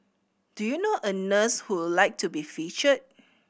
do you know a nurse who would like to be featured